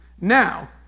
Now